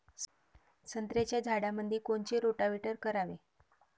संत्र्याच्या झाडामंदी कोनचे रोटावेटर करावे?